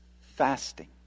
Fasting